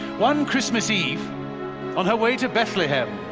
one christmas eve on her way to bethlehem,